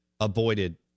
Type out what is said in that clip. avoided